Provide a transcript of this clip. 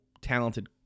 talented